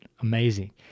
amazing